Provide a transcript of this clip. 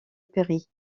péri